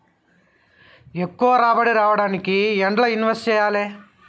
ఎక్కువ రాబడి రావడానికి ఎండ్ల ఇన్వెస్ట్ చేయాలే?